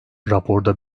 raporda